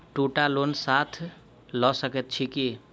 दु टा लोन साथ लऽ सकैत छी की?